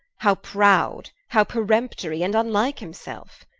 how prowd, how peremptorie, and vnlike himselfe.